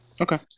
Okay